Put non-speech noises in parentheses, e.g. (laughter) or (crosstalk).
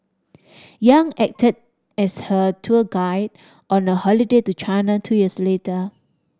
(noise) Yang acted as her tour guide on a holiday to China two years later